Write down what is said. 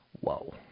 Whoa